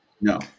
No